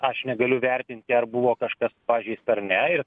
aš negaliu vertinti ar buvo kažkas pažeista ar ne ir